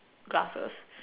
glasses